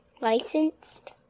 Licensed